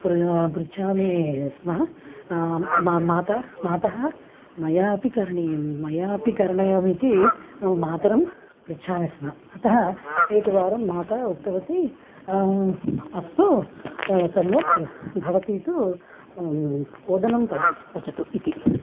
प्र पृच्छामि स्म मम माता मातः मयापि करणीयं मयापि करणीयमिति मम मातरं पृच्छामि स्म अतः एकवारं माता उक्तवती अस्तु सम्यक् भवती तु ओदनं प पचतु इति